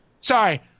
Sorry